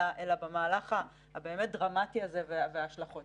אלא במהלך הדרמטי הזה וההשלכות